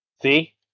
See